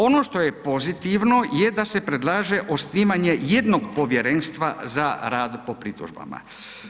Ono što je pozitivno je da se predlaže osnivanje jednog povjerenstva za rad po pritužbama.